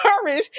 courage